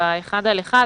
מה הבעיה הבריאותית בזה,